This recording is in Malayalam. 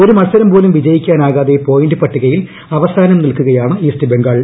ഒരു മത്സരം പോലും വിജയിക്കാനാകാതെ പോയിന്റ് പട്ടികയിൽ അവസാനം നിൽക്കുകയാണ് ഈസ്റ്റ് ബംഗാൾ